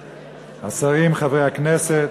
השרים, חברי הכנסת,